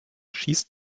schießt